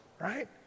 right